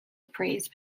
praised